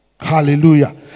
Hallelujah